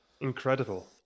incredible